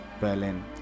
berlin